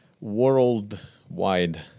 worldwide